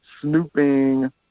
snooping